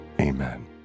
Amen